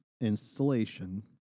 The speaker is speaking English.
installation